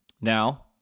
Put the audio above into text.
now